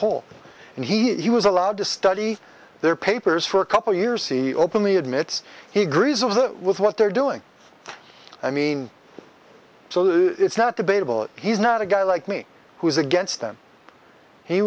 whole and he was allowed to study their papers for a couple years he openly admits he agrees with what they're doing i mean so that it's not debatable he's not a guy like me who's against them he